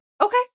Okay